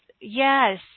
Yes